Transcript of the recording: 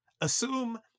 Assume